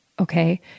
Okay